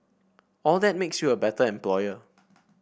all that makes you a better employer